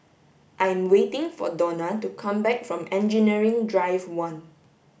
I am waiting for Dona to come back from Engineering Drive one